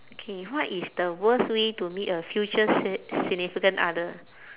K what is the worst way to meet a future si~ significant other